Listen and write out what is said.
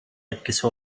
etkisi